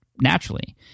naturally